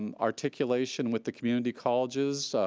and articulation with the community colleges,